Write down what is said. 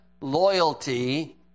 loyalty